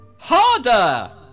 Harder